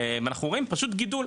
ואנחנו רואים פשוט גידול.